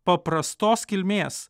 paprastos kilmės